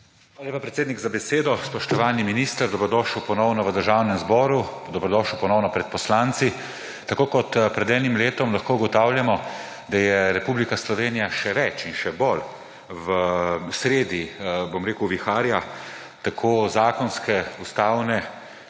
lepa, predsednik, za besedo. Spoštovani minister, dobrodošli ponovno v Državnem zboru, dobrodošli ponovno pred poslanci. Tako kot pred enim letom lahko ugotavljamo, da je Republika Slovenije še več in še bolj v sredi, bom rekel, viharja tako zakonske, ustavne,